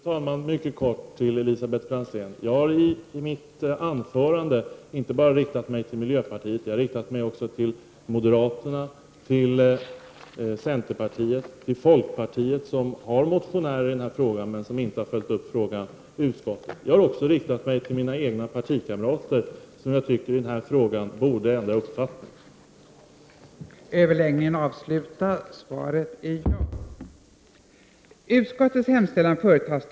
Fru talman! Mycket kort till Elisabet Franzén: Jag har i mitt anförande riktat mig inte bara till miljöpartiet utan även till moderaterna, centerpartiet och till folkpartiet, som har representanter bland motionärerna men som inte har följt upp frågan i utskottet. Jag har också riktat mig till mina egna partikamrater, som jag tycker borde ändra uppfattning i denna fråga.